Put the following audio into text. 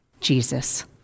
Jesus